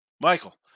Michael